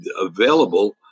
available